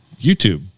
youtube